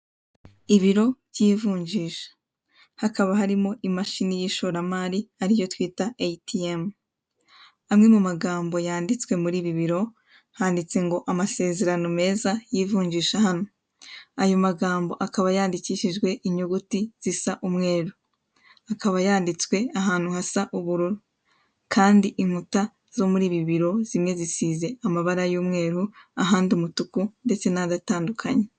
Ibiro by'ivunjisha, hakaba harimo imashini y'ishoramari ariyo twita ayitiyemu (ATM). Amwe mu magambo yanditswe muri ibi biro, handitse ngo amasezerano meza y'ivunjisha hano. Ayo magambo akaba yandikishijwe inyuguti zisa umweru, akaba yanditswe ahantu hasa ubururu kandi inkuta zo muri ibi biro zimwe zisize amabara y'umweru ahandi umutuku ndetse n'andi atandukanye.